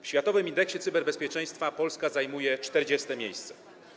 W światowym indeksie cyberbezpieczeństwa Polska zajmuje 40. miejsce.